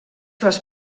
les